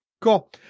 cool